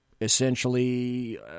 essentially